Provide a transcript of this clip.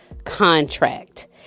contract